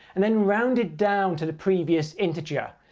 and then rounded down to the previous integer.